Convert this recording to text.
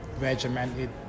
regimented